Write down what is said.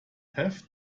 have